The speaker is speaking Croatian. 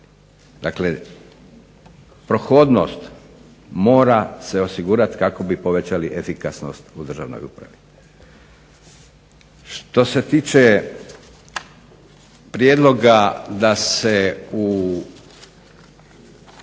Dakle prohodnost mora se osigurat kako bi povećali efikasnost u državnoj upravi. Što se tiče prijedloga da se